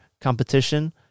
competition